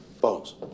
Bones